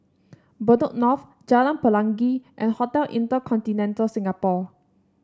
Bedok North Jalan Pelangi and Hotel InterContinental Singapore